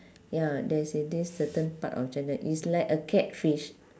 ya there's in this certain part of china it's like a catfish